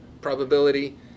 probability